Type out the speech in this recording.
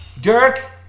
Dirk